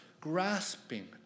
grasping